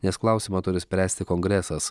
nes klausimą turi spręsti kongresas